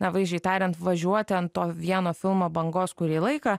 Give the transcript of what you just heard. na vaizdžiai tariant važiuoti ant to vieno filmo bangos kurį laiką